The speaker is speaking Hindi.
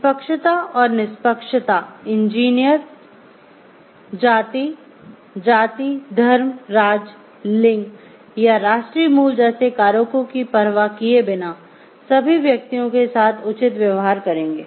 निष्पक्षता और निष्पक्षता इंजीनियर जाति जाति धर्म राज्य लिंग या राष्ट्रीय मूल जैसे कारकों की परवाह किए बिना सभी व्यक्तियों के साथ उचित व्यवहार करेंगे